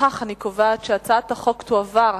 לפיכך אני קובעת שהצעת החוק תועבר,